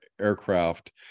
aircraft